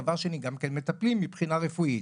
דבר שני, גם כן מטפלים מבחינה רפואית.